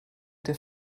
der